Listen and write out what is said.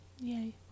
yay